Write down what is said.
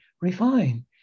refine